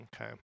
Okay